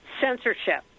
censorship